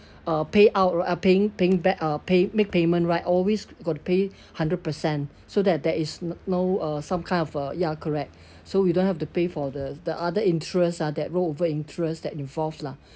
uh payout or paying paying back uh pay make payment right always got to pay hundred percent so that there is no uh some kind of uh ya correct so you don't have to pay for the the other interest uh their rollover interest that involve lah